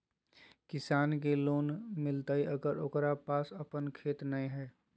किसान के लोन मिलताय अगर ओकरा पास अपन खेत नय है?